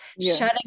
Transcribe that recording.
shutting